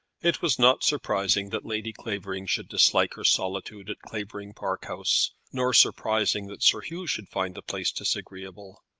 it was not surprising that lady clavering should dislike her solitude at clavering park house, nor surprising that sir hugh should find the place disagreeable.